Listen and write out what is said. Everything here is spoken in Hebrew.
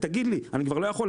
תגיד לי אני כבר לא יכול,